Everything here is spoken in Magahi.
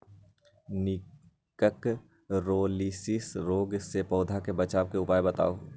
निककरोलीसिस रोग से पौधा के बचाव के उपाय बताऊ?